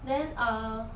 then err